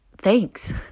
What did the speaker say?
Thanks